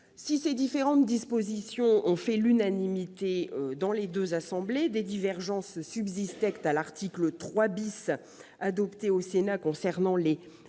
Si ces différentes dispositions ont fait l'unanimité dans les deux assemblées, des divergences subsistaient à l'article 3 adopté au Sénat et concernant les